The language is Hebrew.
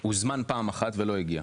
הוא הוזמן פעם אחת ולא הגיע.